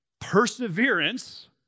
Perseverance